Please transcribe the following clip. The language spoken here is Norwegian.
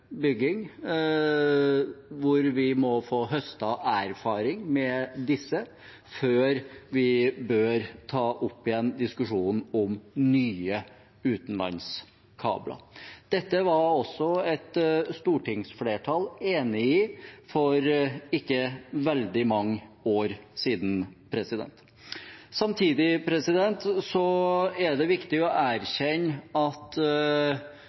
vi må få høstet erfaring med disse før vi bør ta opp igjen diskusjonen om nye utenlandskabler. Dette var også et stortingsflertall enig i for ikke veldig mange år siden. Samtidig er det viktig å erkjenne at